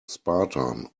spartan